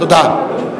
תודה.